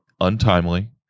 untimely